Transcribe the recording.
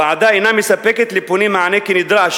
הוועדה אינה מספקת לפונים מענה כנדרש